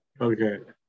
Okay